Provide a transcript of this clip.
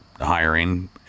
hiring